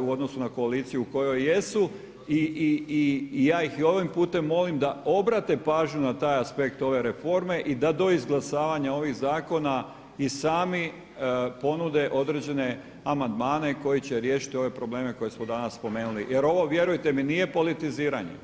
u odnosu na koaliciju u kojoj jesu i ja ih ovim putem molim da obrate pažnju na taj aspekt ove reforme i da do izglasavanja ovih zakona i sami ponude određene amandmane koji će riješiti ove probleme koje smo danas spomenuli jer ovo vjerujte mi nije politiziranje.